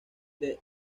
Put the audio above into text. the